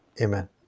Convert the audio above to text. amen